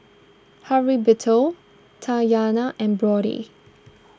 Heriberto Tatyana and Brody